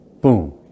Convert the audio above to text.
Boom